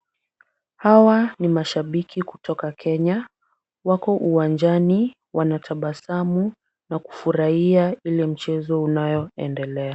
Hawa ni mashabiki kutoka Kenya. Wako uwanjani, wanatabasamu na kufurahia ile mchezo unayoendelea.